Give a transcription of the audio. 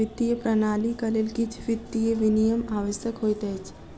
वित्तीय प्रणालीक लेल किछ वित्तीय विनियम आवश्यक होइत अछि